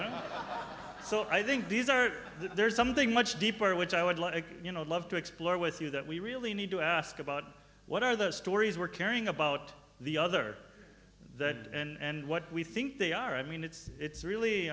know so i think these are that there's something much deeper which i would like you know love to explore with you that we really need to ask about what are the stories we're caring about the other the and what we think they are i mean it's it's